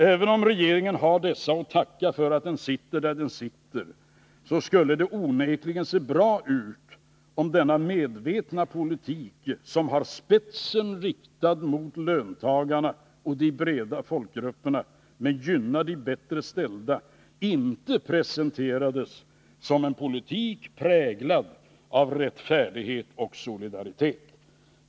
Även om regeringen har dessa att tacka för att den sitter där den sitter, skulle det onekligen se bra ut om denna medvetna politik, som har spetsen riktad mot löntagarna och de breda folkgrupperna men gynnar de bättre ställda, inte presenterades som en politik präglad av rättfärdighet och solidaritet.